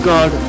God